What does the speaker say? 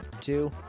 two